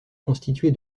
constituée